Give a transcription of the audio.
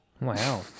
Wow